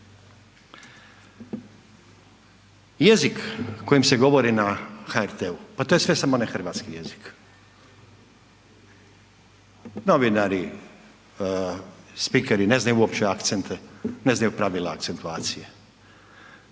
Jezik kojim se govori na HRT-u, pa to je sve samo ne hrvatski jezik. Novinari, spikeri, ne znaju uopće akcente, ne znaju pravila akcentuacije.